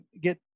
get